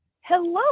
Hello